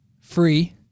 free